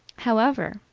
however,